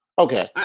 Okay